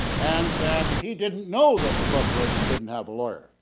and that he didn't know that the corporation didn't have a lawyer.